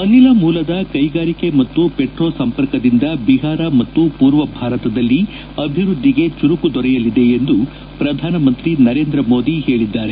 ಅನಿಲ ಮೂಲದ ಕೈಗಾರಿಕೆ ಮತ್ತು ಪೆಟ್ರೋ ಸಂಪರ್ಕದಿಂದ ಬಿಹಾರ ಮತ್ತು ಪೂರ್ವ ಭಾರತದಲ್ಲಿ ಅಭಿವ್ನದ್ಲಿಗೆ ಚುರುಕು ದೊರೆಯಲಿದೆ ಎಂದು ಪ್ರಧಾನಮಂತ್ರಿ ನರೇಂದ್ರ ಮೋದಿ ಹೇಳಿದ್ದಾರೆ